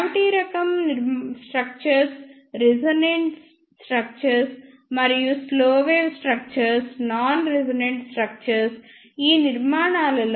cavity రకం నిర్మాణాలు resonate నిర్మాణాలు మరియు స్లో వేవ్ నిర్మాణాలు నాన్ రెసొనేట్ నిర్మాణాలు